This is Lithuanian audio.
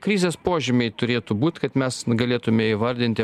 krizės požymiai turėtų būt kad mes galėtume įvardinti